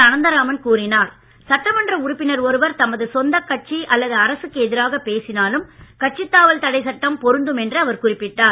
அனந்தராமன் சட்டமன்ற உறுப்பினர் ஒருவர் தமது சொந்தக் கட்சி அல்லது அரசுக்கு எதிராகப் பேசினாலும் கட்சித்தாவல் தடைச்சட்டம் பொருந்தும் என்று அவர் குறிப்பிட்டார்